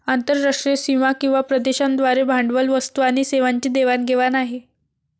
आंतरराष्ट्रीय सीमा किंवा प्रदेशांद्वारे भांडवल, वस्तू आणि सेवांची देवाण घेवाण आहे